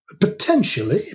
Potentially